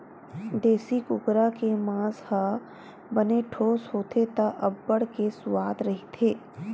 देसी कुकरा के मांस ह बने ठोस होथे त अब्बड़ के सुवाद रहिथे